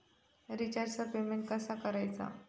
रिचार्जचा पेमेंट कसा करायचा?